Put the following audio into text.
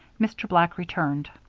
mr. black returned.